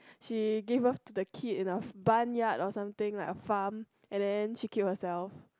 she give birth to the kid in barnyard or something like a farm and then she killed herself